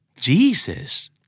Jesus